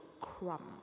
crumb